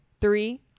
Three